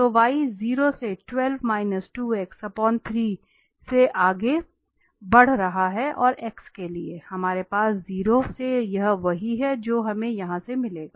तो y 0 से 3 से आगे बढ़ रहा है और x के लिए हमारे पास 0 से यह वही है जो हमें यहां से मिलेगा